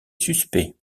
suspect